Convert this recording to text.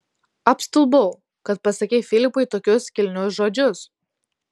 apstulbau kad pasakei filipui tokius kilnius žodžius